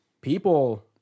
people